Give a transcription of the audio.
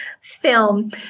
film